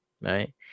right